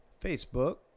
Facebook